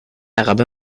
عقب